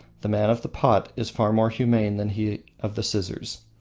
the man of the pot is far more humane than he of the scissors.